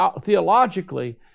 theologically